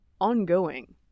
ongoing